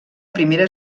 primera